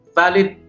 valid